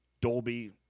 Dolby